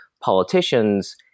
politicians